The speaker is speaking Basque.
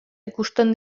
ikusten